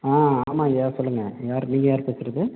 ஆ ஆமாங்கய்யா சொல்லுங்கள் யார் நீங்கள் யார் பேசுகிறது